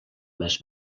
més